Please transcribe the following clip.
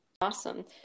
Awesome